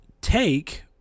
take